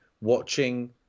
watching